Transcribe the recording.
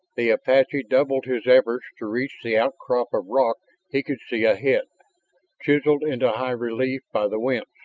the apache doubled his efforts to reach the outcrop of rock he could see ahead, chiseled into high relief by the winds.